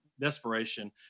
desperation